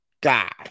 God